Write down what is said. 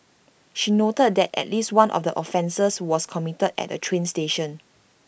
she noted that at least one of the offences was committed at A train station